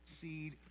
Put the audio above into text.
seed